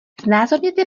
znázorněte